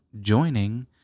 joining